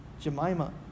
Jemima